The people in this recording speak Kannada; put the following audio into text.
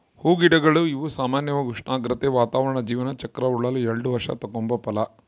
ಹೂಗಿಡಗಳು ಇವು ಸಾಮಾನ್ಯವಾಗಿ ಉಷ್ಣಾಗ್ರತೆ, ವಾತಾವರಣ ಜೀವನ ಚಕ್ರ ಉರುಳಲು ಎಲ್ಡು ವರ್ಷ ತಗಂಬೋ ಫಲ